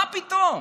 מה פתאום?